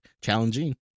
challenging